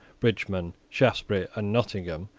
bridgeman, shaftesbury, and nottingham,